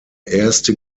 erste